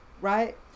right